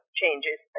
changes